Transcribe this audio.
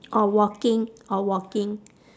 or walking or walking